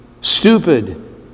stupid